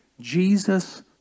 Jesus